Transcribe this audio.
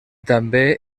també